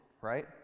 right